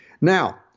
Now